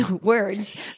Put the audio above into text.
words